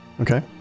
okay